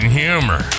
humor